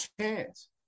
chance